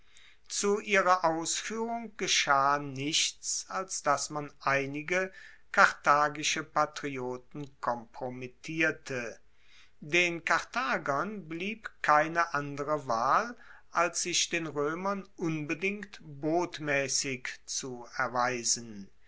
zu ihrer ausfuehrung geschah nichts als dass man einige karthagische patrioten kompromittierte den karthagern blieb keine andere wahl als sich den roemern unbedingt botmaessig zu erweisen